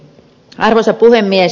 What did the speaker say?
arvoisa puhemies